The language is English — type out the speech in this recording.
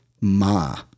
ma